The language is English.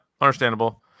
Understandable